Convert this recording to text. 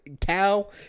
cow